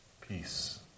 Peace